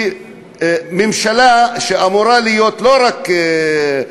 כי ממשלה שאמורה להיות לא רק דתית,